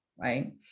right